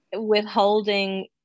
withholding